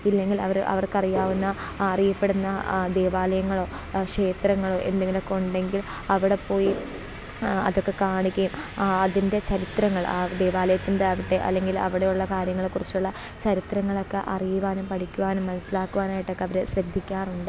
ഇല്ലെങ്കിൽ അവർ അവർക്കറിയാവുന്ന അറിയപ്പെടുന്ന ദേവാലയങ്ങളോ ഷേത്രങ്ങൾ എന്തെങ്കിലുമൊക്കെ ഉണ്ടെങ്കിൽ അവിടെപ്പോയി അതൊക്കെ കാണുകയും അതിൻ്റെ ചരിത്രങ്ങൾ ആ ദേവാലയത്തിൻ്റെ ആകട്ടെ അല്ലെങ്കിൽ അവിടെയുള്ള കാര്യങ്ങളെക്കുറിച്ചുള്ള ചരിത്രങ്ങളൊക്കെ അറിയുവാനും പഠിക്കുവാനും മനസ്സിലാക്കുവാനായിട്ടൊക്കെ അവർ ശ്രദ്ധിക്കാറുണ്ട്